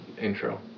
intro